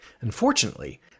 Unfortunately